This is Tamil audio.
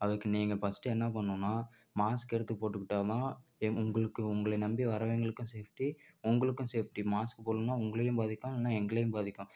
அதுக்கு நீங்கள் ஃபஸ்ட்டு என்ன பண்ணனும்னால் மாஸ்க் எடுத்து போட்டுக்கிட்டால்தான் ஏன் உங்களுக்கும் உங்களை நம்பி வரவங்களுக்கும் சேஃப்ட்டி உங்களுக்கும் சேஃப்ட்டி மாஸ்க் போடலன்னா உங்களையும் பாதிக்கும் இல்லைனா எங்களையும் பாதிக்கும்